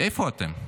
איפה אתם?